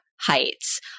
heights